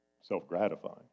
self-gratifying